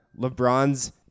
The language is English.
LeBron's